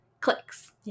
clicks